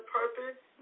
purpose